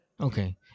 Okay